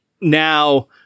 now